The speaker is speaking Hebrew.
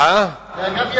אגב,